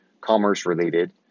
commerce-related